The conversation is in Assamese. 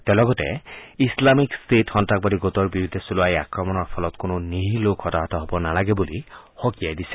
তেওঁ লগতে ইছলামিক ট্টেট সন্তাসবাদী গোটৰ বিৰুদ্ধে চলোৱা এই আক্ৰমণৰ ফলত কোনা নীৰিহ লোক হতাহত হব নালাগে বুলি সকীয়াই দিছে